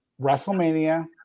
WrestleMania